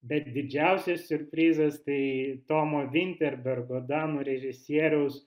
bet didžiausias siurprizas tai tomo vinterbergo danų režisieriaus